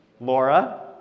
Laura